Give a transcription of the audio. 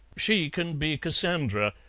she can be cassandra,